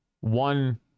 One